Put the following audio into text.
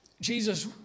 Jesus